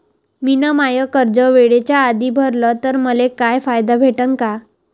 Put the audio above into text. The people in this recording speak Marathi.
मिन माय कर्ज वेळेच्या आधी भरल तर मले काही फायदा भेटन का?